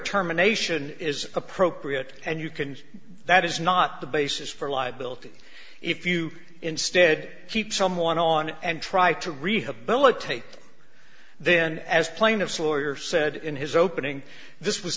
terminations is appropriate and you can see that is not the basis for liability if you instead keep someone on it and try to rehabilitate then as plaintiff's lawyer said in his opening this was